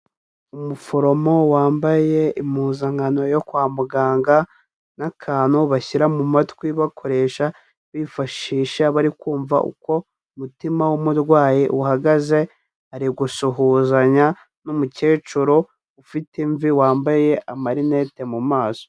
Umuforomo wambaye impuzankano yo kwa muganga n'akantu bashyira mu matwi bakoresha bifashisha bari kumva uko umutima w'umurwayi uhagaze, ari gusuhuzanya n'umukecuru ufite imvi wambaye amarinete mu maso.